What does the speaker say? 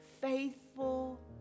faithful